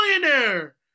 millionaire